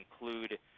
include